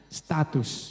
status